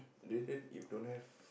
radiant if don't have